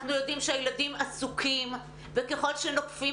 אנחנו יודעים שהילדים עסוקים וככל שנוקפים